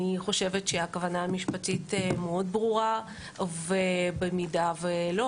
אני חושבת שהכוונה המשפטית ברורה מאוד ובמידה ולא,